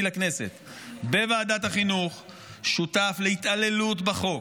לכנסת בוועדת החינוך שותף להתעללות בחוק,